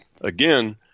again